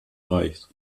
reichs